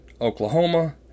Oklahoma